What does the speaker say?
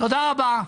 תודה רבה.